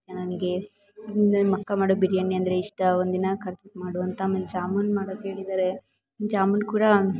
ನನಗೆ ನಿಮ್ಮಕ್ಕ ಮಾಡೋ ಬಿರಿಯಾನಿ ಅಂದರೆ ಇಷ್ಟ ಒಂದು ದಿನ ಕರ್ದ್ಬಿಟ್ಟು ಮಾಡು ಅಂತ ಆಮೇಲೆ ಜಾಮೂನ್ ಮಾಡೋಕೆ ಹೇಳಿದಾರೆ ಜಾಮೂನ್ ಕೂಡ